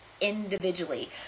individually